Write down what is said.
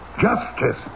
Justice